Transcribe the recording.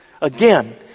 again